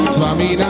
Swami